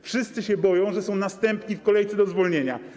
Wszyscy się boją, że są następni w kolejce do zwolnienia.